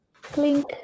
Clink